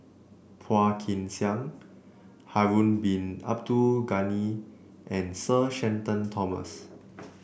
Phua Kin Siang Harun Bin Abdul Ghani and Sir Shenton Thomas